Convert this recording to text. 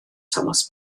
thomas